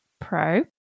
Pro